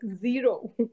zero